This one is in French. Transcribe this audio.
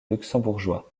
luxembourgeois